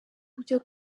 byo